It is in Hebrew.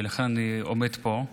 ולכן אני עומד פה,